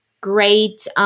great